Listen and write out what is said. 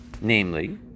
Namely